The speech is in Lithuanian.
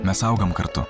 mes augam kartu